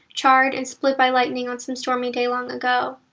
charred and split by lightning on some stormy day long ago.